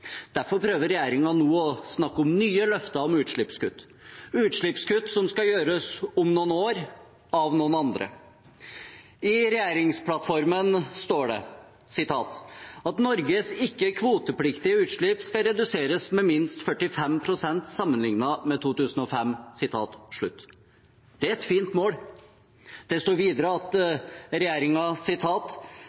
Derfor prøver regjeringen nå å snakke om nye løfter om utslippskutt, utslippskutt som skal gjøres om noen år – av noen andre. I regjeringsplattformen står det at regjeringen vil: «At Norges ikke-kvotepliktige utslipp skal reduseres med minst 45 prosent sammenlignet med 2005.» Det er et fint mål. Det står videre: «Regjeringen har som mål at